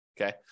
Okay